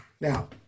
Now